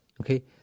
okay